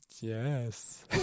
Yes